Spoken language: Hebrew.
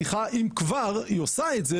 צריכה אם כבר היא עושה את זה,